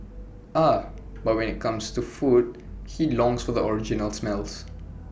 ah but when IT comes to food he longs for the original smells